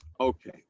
okay